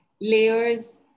Layers